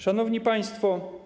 Szanowni Państwo!